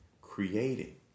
creating